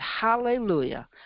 Hallelujah